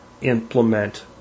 implement